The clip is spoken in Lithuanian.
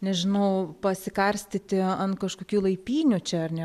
nežinau pasikarstyti ant kažkokių laipynių čia ar ne